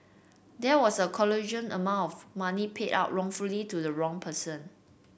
there was a colossal amount of money paid out wrongfully to the wrong person